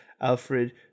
Alfred